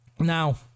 Now